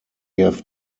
have